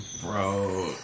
Bro